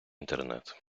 інтернет